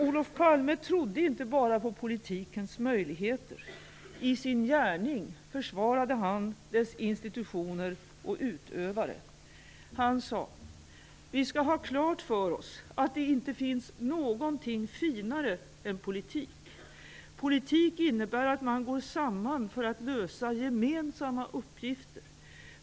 Olof Palme trodde inte bara på politikens möjligheter - i sin gärning försvarade han dess institutioner och utövare. Han sade: "Vi skall ha klart för oss att det inte finns någonting finare än politik. Politik innebär att man går samman för att lösa gemensamma uppgifter.